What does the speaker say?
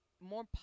more